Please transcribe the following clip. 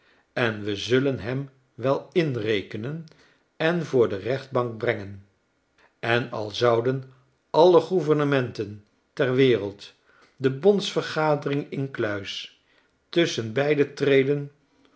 en we zullen hem wel inrekenen en voor de rechtbank brengen en al zouden alle gouvernementen ter wereld de bonds vergadering incluistusschen beiden treden